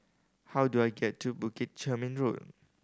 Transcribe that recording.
how do I get to Bukit Chermin Road